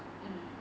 mm